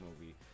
movie